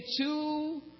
two